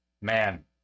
man